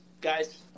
guys